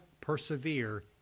persevere